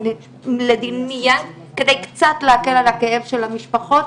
לדין מיד כדי קצת להקל על הכאב של המשפחות.